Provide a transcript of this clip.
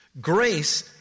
Grace